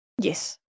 Yes